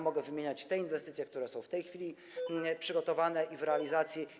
Mogę wymieniać te inwestycje, które są w tej chwili przygotowane i w realizacji.